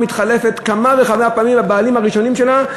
מתחלפים כמה וכמה פעמים הבעלים שלה,